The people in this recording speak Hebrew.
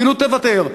אפילו תוותר,